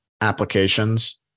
applications